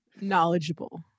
knowledgeable